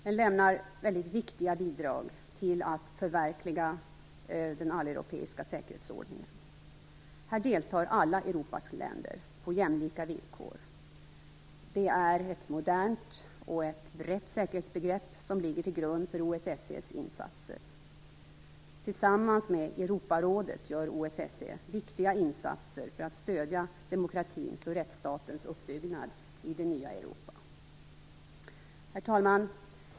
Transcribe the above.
Den lämnar väldigt viktiga bidrag till att förverkliga den alleuropeiska säkerhetsordningen. Här deltar alla Europas länder på jämlika villkor. Det är ett modernt och brett säkerhetsbegrepp som ligger till grund för OSSE:s insatser. Tillsammans med Europarådet gör OSSE viktiga insatser för att stödja demokratins och rättsstatens uppbyggnad i det nya Europa. Herr talman!